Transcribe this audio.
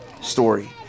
story